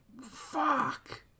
Fuck